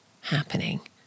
happening